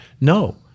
no